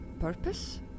purpose